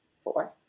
four